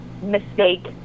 mistake